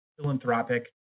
philanthropic